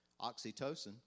oxytocin